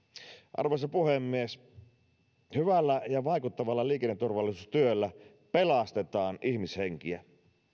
arvoisa puhemies hyvällä ja vaikuttavalla liikenneturvallisuustyöllä pelastetaan ihmishenkiä